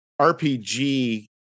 RPG